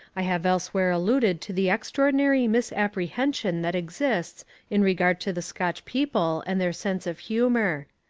i have elsewhere alluded to the extraordinary misapprehension that exists in regard to the scotch people and their sense of humour.